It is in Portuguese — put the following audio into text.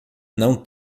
não